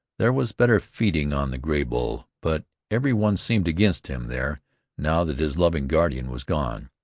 there was better feeding on the graybull, but every one seemed against him there now that his loving guardian was gone,